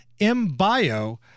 MBIO